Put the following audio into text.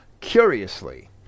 Curiously